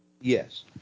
Yes